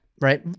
right